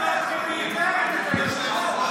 אתם מבזים את היושב-ראש.